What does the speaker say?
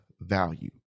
value